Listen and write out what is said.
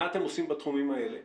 מה אתם עושים בתחומים האלה?